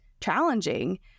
challenging